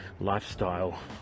lifestyle